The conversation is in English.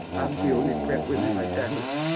i'm the only breadwinner in my family.